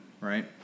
right